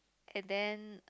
and then